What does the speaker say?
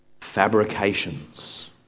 Fabrications